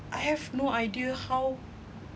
I have no idea how